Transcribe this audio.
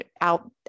out